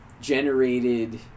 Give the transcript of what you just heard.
generated